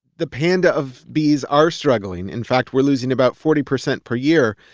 the panda of bees are struggling. in fact, we're losing about forty percent per year,